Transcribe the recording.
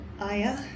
Aya